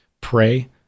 pray